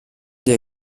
der